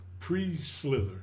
pre-Slither